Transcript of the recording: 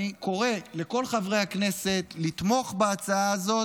אני קורא לכל חברי הכנסת לתמוך בהצעה הזאת,